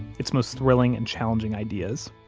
its most thrilling and challenging ideas